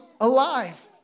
alive